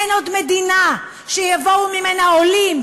אין עוד מדינה שיבואו ממנה עולים,